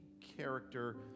character